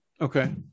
Okay